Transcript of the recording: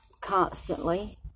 Constantly